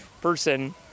person